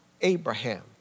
Abraham